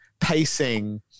pacing